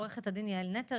עו"ד יעל נטר,